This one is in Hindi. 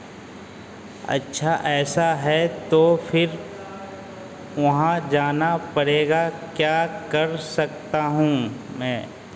अच्छा ऐसा है तो फिर वहाँ जाना पड़ेगा क्या कर सकता हूँ मैं